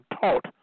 taught